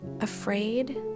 afraid